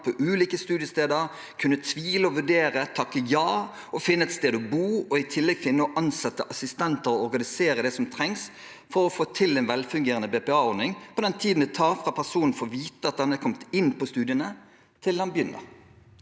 ulike studiesteder, kunne tvile og vurdere, takke ja, finne et sted å bo, og i tillegg finne og ansette assistenter og organisere det som trengs for å få til en velfungerende BPA-ordning på den tiden det tar fra personen får vite at hen har kommet inn på studiene, til hen begynner?